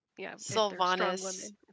Sylvanas